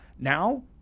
now